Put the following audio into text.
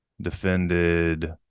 defended